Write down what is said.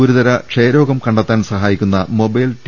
ഗുരുതര ക്ഷ യരോഗം കണ്ടെത്താൻ സഹായിക്കുന്ന മൊബൈൽ ടി